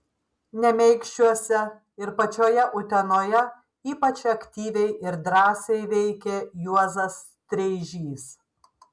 nemeikščiuose ir pačioje utenoje ypač aktyviai ir drąsiai veikė juozas streižys